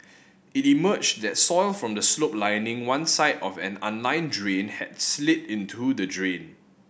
it emerged that soil from the slope lining one side of an unlined drain had slid into the drain